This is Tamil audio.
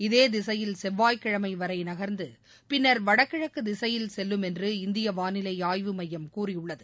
இதே திசையில் செவ்வாய் கிழமை வரை நகர்ந்து பின்னர் வடகிழக்கு திசையில் செல்லும் என்று இந்திய வாளிலை ஆய்வு மையம் கூறியுள்ளது